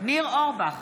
ניר אורבך,